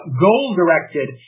goal-directed